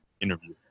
interview